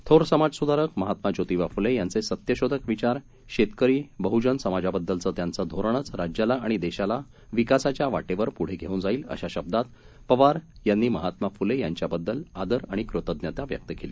थोर समाजस्धारक महात्मा ज्योतीबा फ्ले यांचे सत्यशोधक विचार शेतकरी बहजन समाजाबद्दलचे त्यांचे धोरणंच राज्याला आणि देशाला विकासाच्या वाटेवर प्ढे घेऊन जाईल अशा शब्दात पवार यांनी महात्मा फ्ले यांच्याबद्दल आदर आणि कृतज्ञता व्यक्त केली